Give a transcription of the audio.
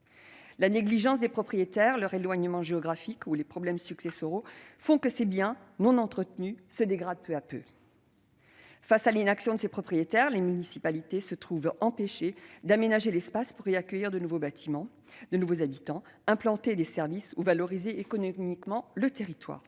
La négligence des propriétaires, leur éloignement géographique ou les problèmes successoraux font que ces biens non entretenus se dégradent peu à peu. Face à l'inaction de ces propriétaires, les municipalités se trouvent empêchées d'aménager l'espace pour y accueillir de nouveaux habitants, implanter des services ou valoriser économiquement le territoire.